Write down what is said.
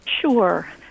Sure